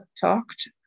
talked